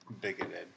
bigoted